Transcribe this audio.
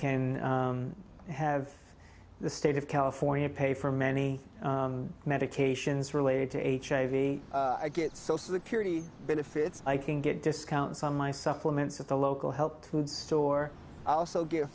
can have the state of california pay for many medications related to hiv i get social security benefits i can get discounts on my supplements at the local health food store i also get